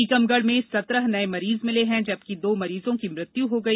टीकमगढ़ में सत्रह नये मरीज मिले है जबकि दो मरीजो की मृत्यु हो गई